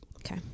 Okay